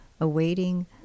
awaiting